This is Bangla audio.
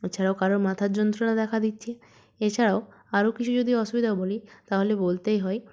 এছাড়াও কারোর মাথার যন্ত্রণা দেখা দিচ্ছে এছাড়াও আরও কিছু যদি অসুবিধা বলি তাহলে বলতেই হয়